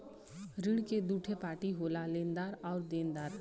ऋण क दूठे पार्टी होला लेनदार आउर देनदार